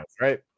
right